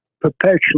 perpetually